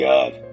God